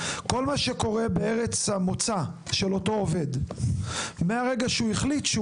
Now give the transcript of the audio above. כל מה שקורה בארץ המוצא של אותו עובד מהרגע שהוא החליט שהוא